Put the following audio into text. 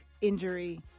injury